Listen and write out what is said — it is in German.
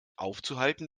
aufzuhalten